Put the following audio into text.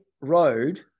road